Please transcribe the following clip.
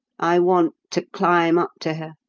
i want to climb up to her,